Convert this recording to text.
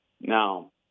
Now